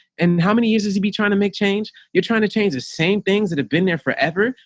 and how many years it'd be trying to make change. you're trying to change the same things that have been there forever.